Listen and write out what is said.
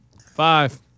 Five